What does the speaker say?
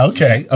Okay